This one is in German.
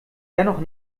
dennoch